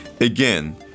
Again